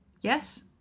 Yes